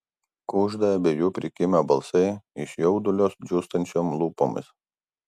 kužda abiejų prikimę balsai iš jaudulio džiūstančiom lūpomis